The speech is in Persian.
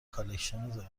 کالکشن